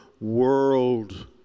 world